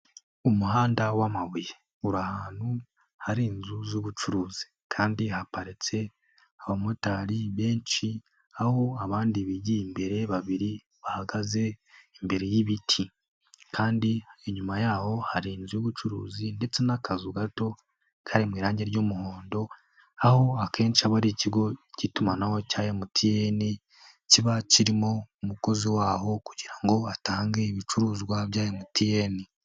Umuhanda w'amabuye uri ahantu hari inzu z'ubucuruzi kandi haparitse abamotari benshi; aho abandi bigiye imbere babiri bahagaze imbere y'ibiti, kandi inyuma yaho hari inzu y'ubucuruzi ndetse n'akazu gato kari mu irangi ry'umuhondo, aho akenshi aba ari ikigo cy'itumanaho cya MTN kiba kirimo umukozi waho kugira ngo atange ibicuruzwa bya MTN.